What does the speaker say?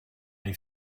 les